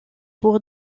pour